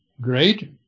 great